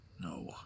No